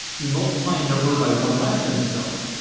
you multiply a number by one less than itself.